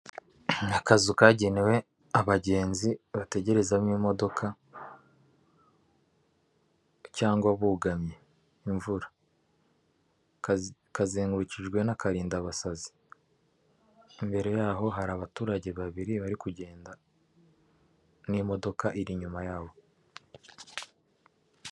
Ni kazu kagenewe abagenzi bategerezamo imodoka cyangwa bugamye imvura, kazengurukijwe n'akarindabasazi, imbere yaho hari abaturage babiri bari kugenda n'imodoka iri inyuma yabo.